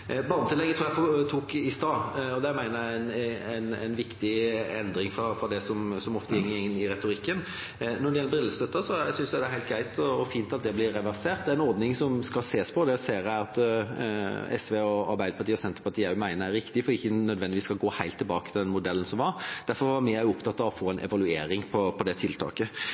Barnetillegget tror jeg at jeg tok i stad, og det mener jeg er en viktig endring fra det som ofte går igjen i retorikken. Når det gjelder brillestøtten, synes jeg det er helt greit og fint at det blir reversert. Det er en ordning som skal ses på, og det ser jeg at SV, Arbeiderpartiet og Senterpartiet også mener er riktig, for at en ikke nødvendigvis skal gå helt tilbake til den modellen som var. Derfor var vi også opptatt av å få en evaluering av det tiltaket.